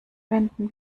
wenden